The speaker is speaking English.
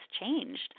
changed